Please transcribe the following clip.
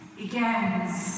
begins